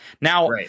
Now